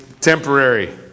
temporary